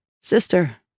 sister